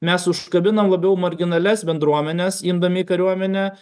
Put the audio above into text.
mes užkabinam labiau marginalias bendruomenes imdami į kariuomenę